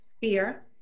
fear